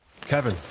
Kevin